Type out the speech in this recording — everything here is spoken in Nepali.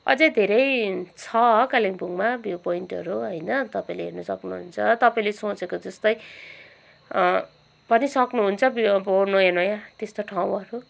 अझै धेरै छ कालिम्पोङमा भ्यू पोइन्टहरू होइन तपाईँले हेर्नु सक्नुहुन्छ तपाईँले सोचेको जस्तै पनि सक्नुहन्छ अब नयाँ नयाँ त्यस्तो ठाउँहरू